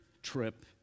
trip